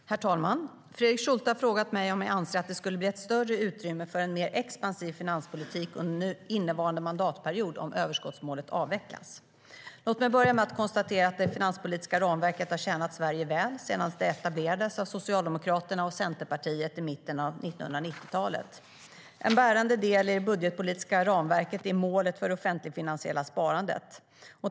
Herr talman! Fredrik Schulte har frågat mig om jag anser att det skulle bli ett större utrymme för en mer expansiv finanspolitik under innevarande mandatperiod om överskottsmålet avvecklades. Låt mig börja med att konstatera att det finanspolitiska ramverket har tjänat Sverige väl sedan det etablerades av Socialdemokraterna och Centerpartiet i mitten av 1990-talet. En bärande del i det budgetpolitiska ramverket är målet för det offentligfinansiella sparandet.